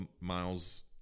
miles